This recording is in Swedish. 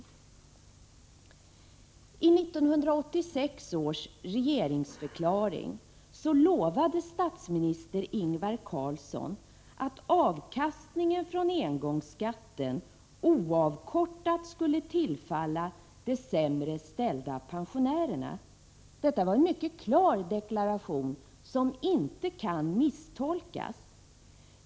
I 1986 års regeringsförklaring lovade statsminister Ingvar Carlsson att avkastningen från engångsskatten oavkortat skulle tillfalla de sämre ställda pensionärerna. Det var fråga om en mycket klar deklaration, som inte kan misstolkas.